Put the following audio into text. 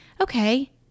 okay